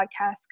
podcast